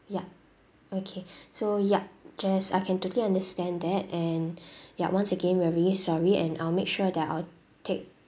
ya okay so ya just I can totally understand that and ya once again we are very sorry and I'll make sure that I'll take